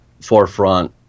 forefront